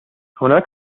هناك